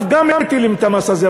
גם עליו מטילים את המס הזה.